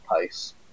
pace